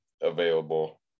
available